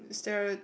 stare it